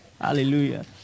Hallelujah